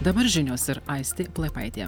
dabar žinios ir aistė plaipaitė